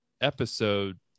episode